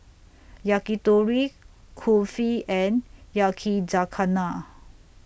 Yakitori Kulfi and Yakizakana